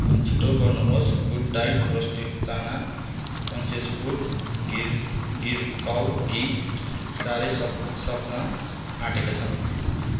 छिटो गर्नुहोस् good diet roasted chana र conscious food Gir cow ghee चाँडै सक् सक्न आँटेका छन्